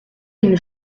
une